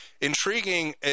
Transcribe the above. Intriguing